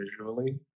visually